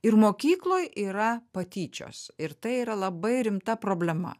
ir mokykloj yra patyčios ir tai yra labai rimta problema